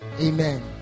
amen